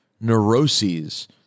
neuroses